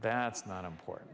that's not important